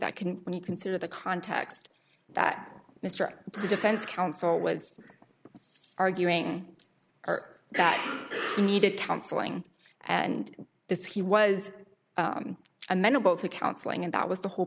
that can when you consider the context that mr defense counsel was arguing or that needed counseling and this he was amenable to counseling and that was the whole